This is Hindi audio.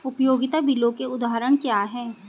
उपयोगिता बिलों के उदाहरण क्या हैं?